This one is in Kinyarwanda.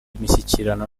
imishyikirano